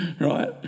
right